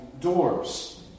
doors